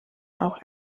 auch